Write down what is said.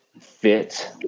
fit